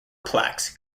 plaques